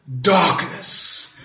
darkness